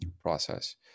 process